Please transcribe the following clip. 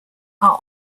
are